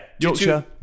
Yorkshire